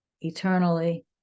eternally